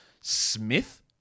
Smith